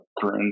current